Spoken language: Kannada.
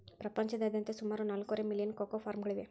ಪ್ರಪಂಚದಾದ್ಯಂತ ಸುಮಾರು ನಾಲ್ಕೂವರೆ ಮಿಲಿಯನ್ ಕೋಕೋ ಫಾರ್ಮ್ಗಳಿವೆ